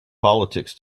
politics